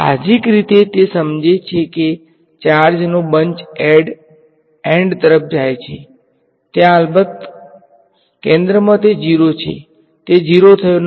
સાહજિક રીતે તે સમજે છે કે ચાર્જ નો બંચ એંડ તરફ જાય છે ત્યાં અલબત્ત કેન્દ્રમાં તે 0 નથી તે 0 થયો નથી